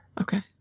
Okay